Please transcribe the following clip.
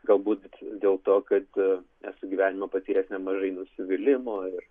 galbūt dėl to kad esu gyvenime patyręs nemažai nusivylimo ir